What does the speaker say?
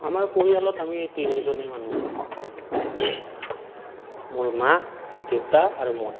আমাৰ পৰিয়ালত আমি তিনিজনেই মানুহ মোৰ মা দেউতা আৰু মই